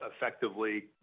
effectively